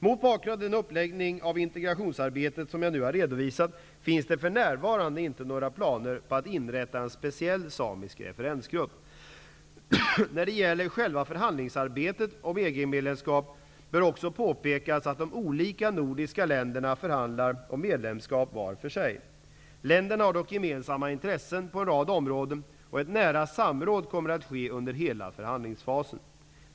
Mot bakgrund av den uppläggning av integrationsarbetet som jag nu har redovisat finns det för närvarande inte några planer på att inrätta en speciell samisk referensgrupp. När det gäller själva förhandlingsarbetet om EG medlemskap bör väl påpekas att de olika nordiska länderna förhandlar om medlemskap var för sig. Länderna har dock gemensamma intressen på en rad områden och ett nära samråd kommer att ske under hela förhandlingsfasen.